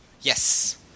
Yes